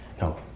No